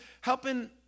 helping